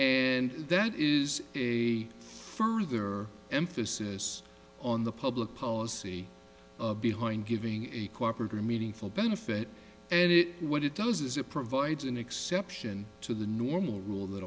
and that is the further emphasis on the public policy behind giving a corporate or meaningful benefit and it what it does is it provides an exception to the normal rule that